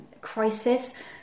crisis